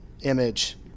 image